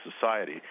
society